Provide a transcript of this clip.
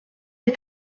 est